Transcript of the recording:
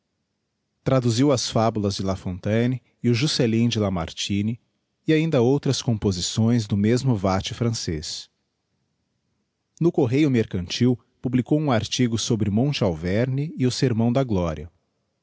traduziu as fabulas de lafontaine e o jucelyn de lamartíne e ainda outras composições do mesmo vate francez no correio mercantil publicou um artigo sobre monte alveme e o sermão da gloria